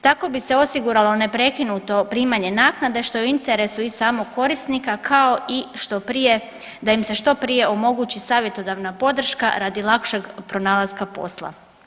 Tako bi se osiguralo neprekinuto primanje naknade što je u interesu i samog korisnika kao i da im se što prije omogući savjetodavna podrška radi lakšeg pronalaska posla.